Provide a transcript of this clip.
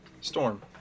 Storm